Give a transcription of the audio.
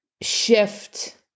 shift